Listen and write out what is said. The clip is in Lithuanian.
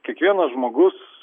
kiekvienas žmogus